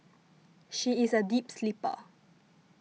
she is a deep sleeper